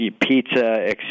pizza